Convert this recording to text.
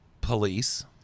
police